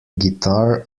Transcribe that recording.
guitar